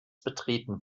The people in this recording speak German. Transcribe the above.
betreten